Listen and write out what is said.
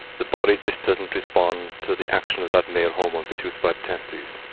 the body just doesn't respond to the action of that male hormone produced by the testes.